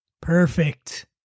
Perfect